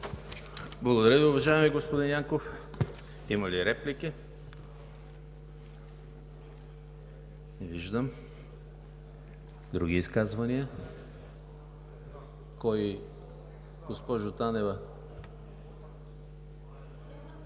Благодаря Ви, уважаеми господин Янков. Има ли реплики? Не виждам. Други изказвания? Госпожо Танева,